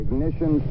Ignition